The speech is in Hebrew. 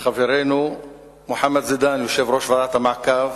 חברנו מוחמד זידאן, יושב-ראש ועדת המעקב